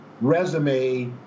resume